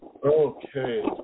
Okay